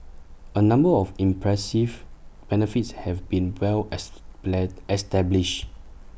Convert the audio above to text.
A number of impressive benefits have been well as bled established